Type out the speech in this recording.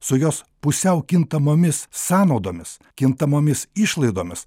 su jos pusiau kintamomis sąnaudomis kintamomis išlaidomis